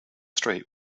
street